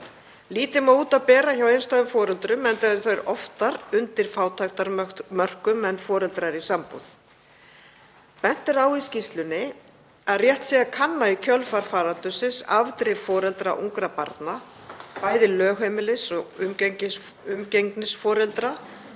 Lítið má út af bera hjá einstæðum foreldrum enda eru þeir oftar undir fátæktarmörkum en foreldrar í sambúð. Bent er á í skýrslunni að rétt sé að kanna í kjölfar faraldursins afdrif foreldra ungra barna, bæði lögheimilis- og umgengnisforeldra